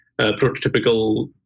prototypical